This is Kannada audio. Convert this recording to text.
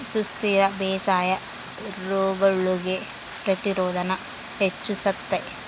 ಸುಸ್ಥಿರ ಬೇಸಾಯಾ ರೋಗಗುಳ್ಗೆ ಪ್ರತಿರೋಧಾನ ಹೆಚ್ಚಿಸ್ತತೆ